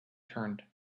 turned